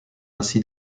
ainsi